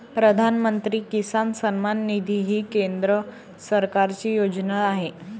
प्रधानमंत्री किसान सन्मान निधी ही केंद्र सरकारची योजना आहे